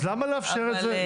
אז למה לאפשר את זה?